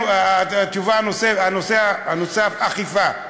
והנושא הנוסף, אכיפה.